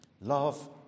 Love